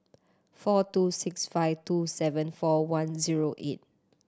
four two six five two seven four one zero eight